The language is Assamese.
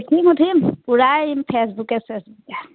উঠিম উঠিম পূৰাই দিম ফেচবুকে চেচবুকে